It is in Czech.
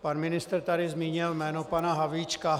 Pan ministr tady zmínil jméno pana Havlíčka.